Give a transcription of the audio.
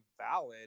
valid